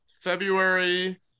February